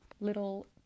little